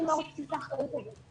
האחריות הזאת.